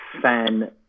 fan